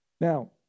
Now